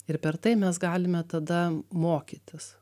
ir per tai mes galime tada mokytis